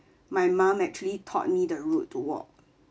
my mum actually taught me the route to walk